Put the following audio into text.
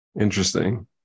Interesting